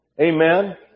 Amen